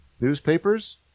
newspapers